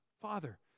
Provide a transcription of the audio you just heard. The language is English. Father